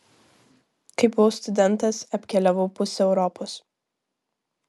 kai buvau studentas apkeliavau pusę europos